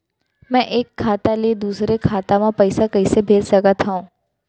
मैं एक खाता ले दूसर खाता मा पइसा कइसे भेज सकत हओं?